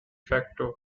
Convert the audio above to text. facto